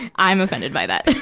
i'm offended by that.